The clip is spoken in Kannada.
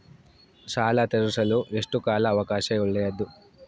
ಸಾಲ ತೇರಿಸಲು ಎಷ್ಟು ಕಾಲ ಅವಕಾಶ ಒಳ್ಳೆಯದು?